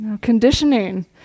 Conditioning